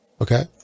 Okay